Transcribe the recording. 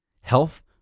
health